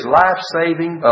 life-saving